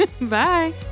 Bye